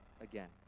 again